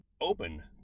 open